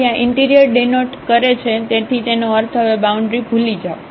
તેથી આ interior denote કરે છે તેથી તેનો અર્થ હવે બાઉન્ડ્રી ભૂલી જાવ